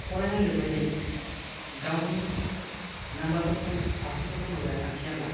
फरायनाय लिरनायजों गावनि नम्बरफोरखौ पार्सेन्टफोरखौ मोजाङै लाखियाब्ला